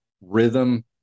rhythm